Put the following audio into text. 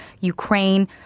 Ukraine